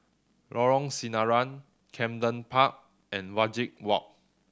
Lorong Sinaran Camden Park and Wajek Walk